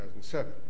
2007